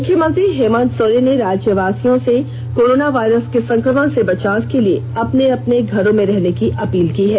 मुख्यमंत्री हेमंत सोरेन ने राज्यवासियों से कोरोना वायरस के संकमण से बचाव के लिए अपने अपने घरों में रहने की अपील की है